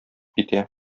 китә